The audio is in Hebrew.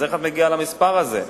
אז איך את מגיעה למספר הזה?